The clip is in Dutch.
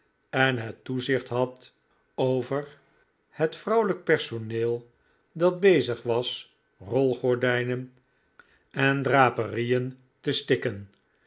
en het toezicht had over het vrouwelijk personeel dat bezig was rolgordijnen en draperieen te stikken